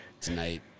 Tonight